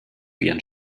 ihren